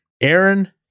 Aaron